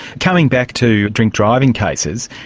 coming back to drink driving cases,